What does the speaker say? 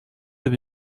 deux